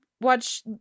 watch